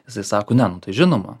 jisai sako ne nu tai žinoma